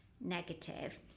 negative